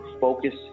focus